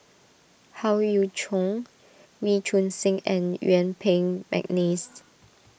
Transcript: Howe Yoon Chong Wee Choon Seng and Yuen Peng McNeice